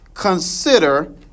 Consider